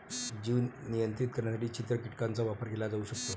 जीव नियंत्रित करण्यासाठी चित्र कीटकांचा वापर केला जाऊ शकतो